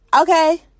Okay